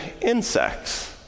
insects